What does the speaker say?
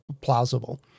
plausible